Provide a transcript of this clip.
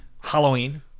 Halloween